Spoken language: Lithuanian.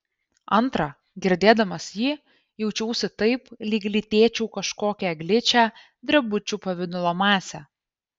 antra girdėdamas jį jaučiausi taip lyg lytėčiau kažkokią gličią drebučių pavidalo masę